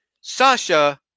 Sasha